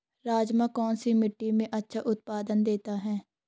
राजमा कौन सी मिट्टी में अच्छा उत्पादन देता है?